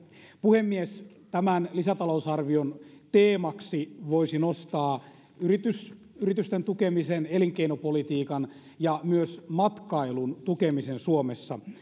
puhemies tämän lisätalousarvion teemaksi voisi nostaa yritysten yritysten tukemisen elinkeinopolitiikan ja myös matkailun tukemisen suomessa